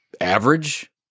average